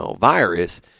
virus